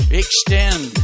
extend